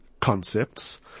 concepts